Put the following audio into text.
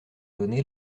donné